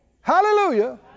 Hallelujah